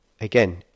again